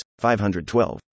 512